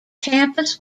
campus